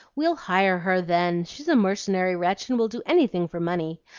we'll hire her, then she's a mercenary wretch and will do anything for money.